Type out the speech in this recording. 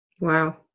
Wow